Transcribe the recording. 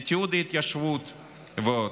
לתיעוד התיישבות ועוד.